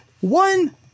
one